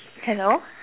hello